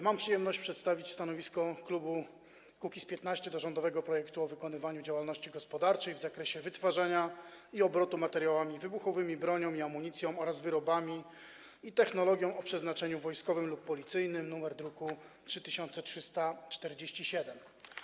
Mam przyjemność przedstawić stanowisko klubu Kukiz’15 wobec rządowego projektu ustawy o wykonywaniu działalności gospodarczej w zakresie wytwarzania i obrotu materiałami wybuchowymi, bronią, amunicją oraz wyrobami i technologią o przeznaczeniu wojskowym lub policyjnym, druk nr 3347.